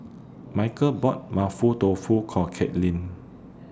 Michael bought Mapo Tofu For Katelynn